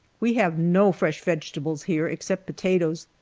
we have no fresh vegetables here, except potatoes,